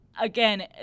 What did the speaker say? again